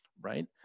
right